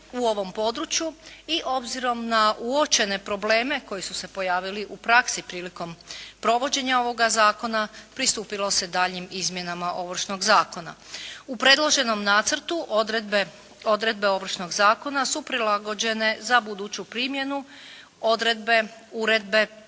u ovom području i obzirom na uočene probleme koji su se pojavili u praksi prilikom provođenja ovoga zakona, pristupilo se daljnjim izmjenama Ovršnog zakona. U predloženom nacrtu odredbe ovršnog zakona su prilagođene za buduću primjenu odredbe, uredbe